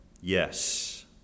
Yes